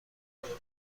نباشین